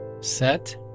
Set